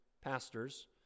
pastors